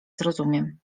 zrozumiem